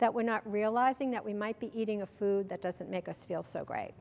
that we're not realizing that we might be eating a food that doesn't make us feel so great